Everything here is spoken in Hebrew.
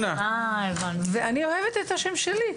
אני לא רוצה להיכנס לפרטים של הרפורמה,